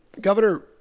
governor